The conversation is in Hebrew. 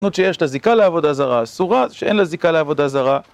כשיש לזיקה לעבודה זרה אסורה, כשאין לזיקה לעבודה זרה